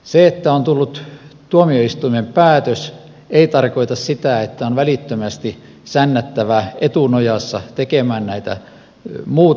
se että on tullut tuomioistuimen päätös ei tarkoita sitä että on välittömästi sännättävä etunojassa tekemään näitä muutoksia